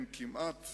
הם כמעט